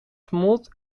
smolt